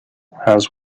has